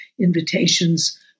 invitations